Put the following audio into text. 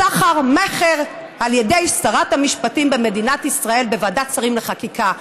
סחר מכר על ידי שרת המשפטים במדינת ישראל בוועדת שרים לחקיקה.